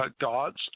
gods